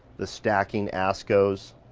the stacking asco's